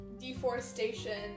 deforestation